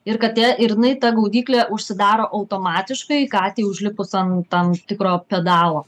ir katė ir jinai ta gaudyklė užsidaro automatiškai katei užlipus ant tam tikro pedalo